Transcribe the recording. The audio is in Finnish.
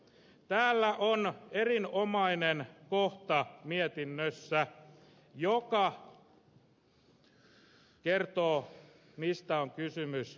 täällä mietinnössä on erinomainen kohta joka kertoo mistä on kysymys